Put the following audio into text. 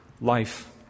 Life